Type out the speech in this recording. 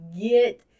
get